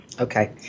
Okay